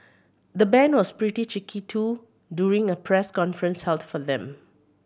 the band was pretty cheeky too during a press conference held for them